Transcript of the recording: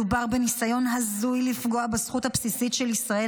מדובר בניסיון הזוי לפגוע בזכות הבסיסית של ישראל